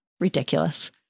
Ridiculous